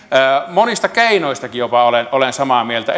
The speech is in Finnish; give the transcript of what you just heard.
monista keinoistakin olen olen samaa mieltä